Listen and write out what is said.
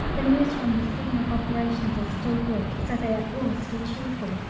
the news from the scene of operations is still good, so they are all still cheerful.